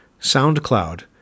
SoundCloud